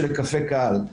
של היקפי קהל,